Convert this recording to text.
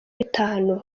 bitanu